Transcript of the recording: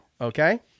okay